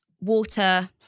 water